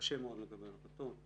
קשה מאוד לקבל החלטות.